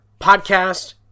Podcast